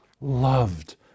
loved